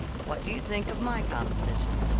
what do you think of my composition?